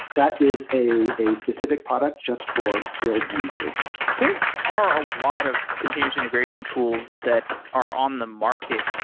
that is a a specif ic product just for build and release. there are a lot of continuous integration tools that are on the market.